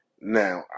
Now